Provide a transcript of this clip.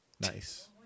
Nice